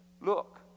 look